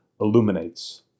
illuminates